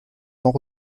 sans